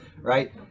right